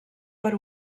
per